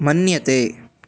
मन्यते